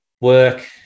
work